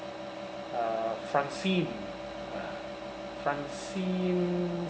uh francine francine